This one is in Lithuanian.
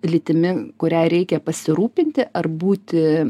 lytimi kuria reikia pasirūpinti ar būti